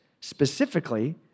specifically